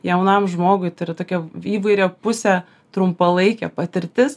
jaunam žmogui tai yra tokia įvairiapusė trumpalaikė patirtis